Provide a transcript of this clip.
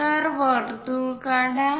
तर वर्तुळ काढा